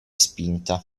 spinta